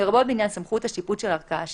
לרבות בעניין סמכות השיפוט של הערכאה השיפוטית.